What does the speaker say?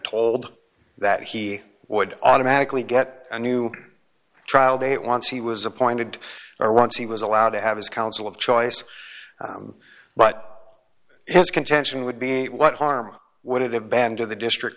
told that he would automatically get a new trial date once he was appointed or once he was allowed to have his counsel of choice but his contention would be what harm would it have band of the district